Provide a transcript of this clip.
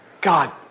God